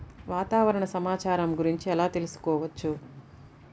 వాతావరణ సమాచారము గురించి ఎలా తెలుకుసుకోవచ్చు?